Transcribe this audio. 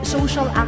Social